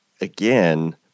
again